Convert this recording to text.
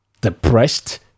depressed